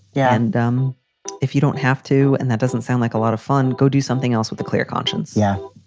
yeah and um if you don't have to and that doesn't sound like a lot of fun, go do something else with a clear conscience yeah,